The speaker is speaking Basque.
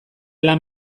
lan